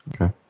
Okay